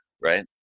right